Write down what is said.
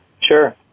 Sure